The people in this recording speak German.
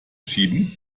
schieben